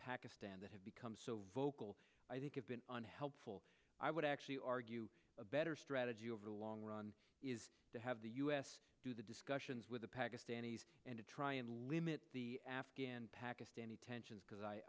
pakistan that have become so vocal i think it's been unhelpful i would actually argue a better strategy over the long run is to have the u s do the discussions with the pakistanis and to try and limit the afghan pakistani tensions because i